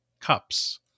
cups